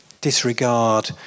disregard